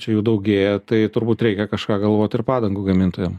čia jų daugėja tai turbūt reikia kažką galvot ir padangų gamintojam